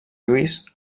lluís